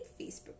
Facebook